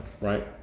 right